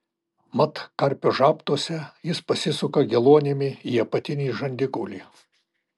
mat karpio žabtuose jis pasisuka geluonimi į apatinį žandikaulį